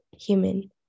human